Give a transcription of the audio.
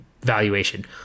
valuation